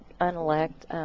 unelect